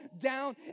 down